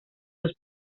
dos